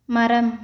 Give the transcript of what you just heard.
மரம்